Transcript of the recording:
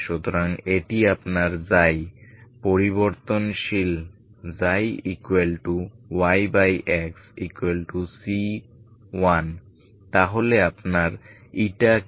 সুতরাং এটি আপনার ξ পরিবর্তনশীল ξyxc1 তাহলে আপনার η কি